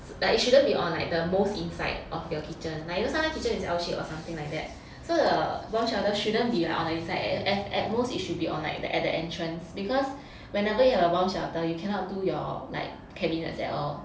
like it shouldn't be on like the most inside of your kitchen like you know sometimes kitchen is L shape or something like that so the bomb shelter shouldn't be on the inside at at most it should be on like the at the entrance because whenever you have a bomb shelter you cannot do your like cabinets at all